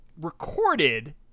recorded